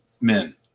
men